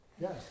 Yes